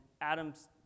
Adam's